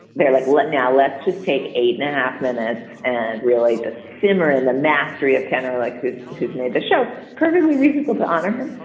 they're like, well, now let's just take eight and a half minutes and really just simmer in the mastery of canada. like who's who's made the show perfectly reasonable to honor him.